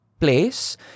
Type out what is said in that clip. place